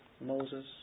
Moses